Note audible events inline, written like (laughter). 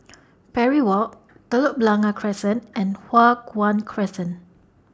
(noise) Parry Walk Telok Blangah Crescent and Hua Guan Crescent